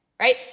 right